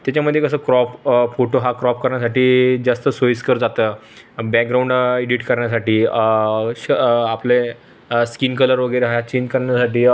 त्याच्यामध्ये कसं crop photo हा क्रॉप करण्यासाठी जास्त सोयीस्कर जातं बॅकग्राऊंड एडिट करण्यासाठी श आपले स्कीन कलर वगैरे हा चिन करण्यासाठी